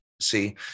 see